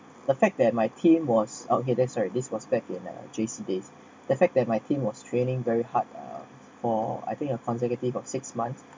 the fact that my team was okay sorry this was back in J_C days the fact that my team was training very hard ah for I think a consecutive of six months